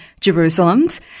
Jerusalems